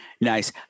nice